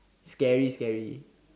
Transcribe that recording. scary scary